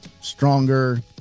stronger